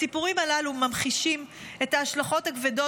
הסיפורים הללו ממחישים את ההשלכות הכבדות